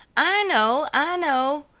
i know, i know,